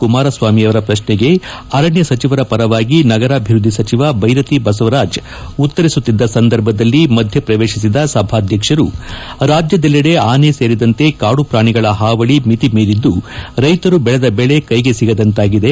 ಕುಮಾರಸ್ವಾಮಿಯವರ ಪ್ರಶ್ನೆಗೆ ಅರಣ್ಯ ಸಚಿವರ ಪರವಾಗಿ ನಗರಾಭಿವೃದ್ದಿ ಸಚಿವ ಬೈರತಿ ಬಸವರಾಜ ಉತ್ತರಿಸುತ್ತಿದ್ದ ಸಂದರ್ಭದಲ್ಲಿ ಮಧ್ಯೆಪ್ರವೇಶಿಸಿದ ಸಭಾಧ್ಯಕ್ಷರು ರಾಜ್ಯದಲ್ಲಿಡೆ ಆನೆ ಸೇರಿದಂತೆ ಕಾಡುಪ್ರಾಣಿಗಳ ಹಾವಳಿ ಮಿತಿ ಮೀರಿದ್ದು ರೈತರು ಬೆಳೆದ ಬೆಳೆ ಕೈಗೆ ಸಿಗದಂತಾಗಿದೆ